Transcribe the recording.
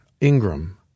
Ingram